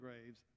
graves